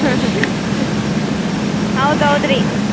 ಹಾಂ ಹಾಂ ಹೌದೌದ್ ರೀ